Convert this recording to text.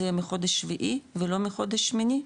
זה יהיה מחודש שביעי ולא מחודש שמיני.